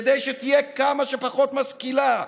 כדי שתהיה כמה שפחות משכילה,